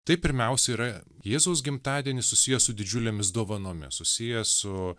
tai pirmiausia yra jėzaus gimtadienis susijęs su didžiulėmis dovanomis susijęs su